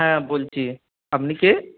হ্যাঁ বলছি আপনি কে